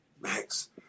Max